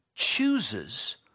chooses